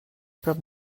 prop